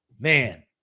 Man